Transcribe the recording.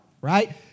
right